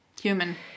human